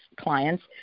clients